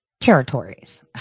Territories